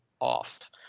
off